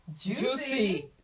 juicy